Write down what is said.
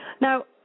Now